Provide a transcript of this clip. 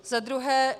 Za druhé.